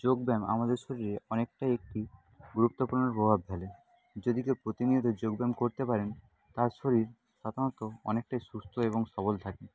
যোগব্যায়াম আমাদের শরীরে অনেকটাই একটি গুরুত্বপূর্ণ প্রভাব ফেলে যদি কেউ প্রতিনিয়ত যোগব্যায়াম করতে পারেন তার শরীর সাধারণত অনেকটাই সুস্থ এবং সবল থাকে